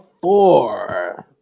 four